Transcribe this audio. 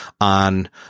on